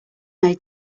made